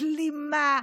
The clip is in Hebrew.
כלימה,